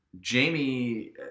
Jamie